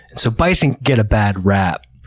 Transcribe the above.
so, bison get a bad rap.